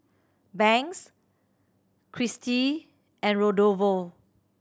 Banks Christie and Rodolfo